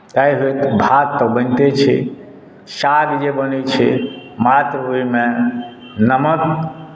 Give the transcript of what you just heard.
दालि भात तऽ बनितै छै साग जे बनैत छै मात्र ओहिमे नमक